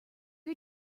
are